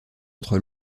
entre